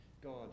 God